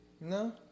No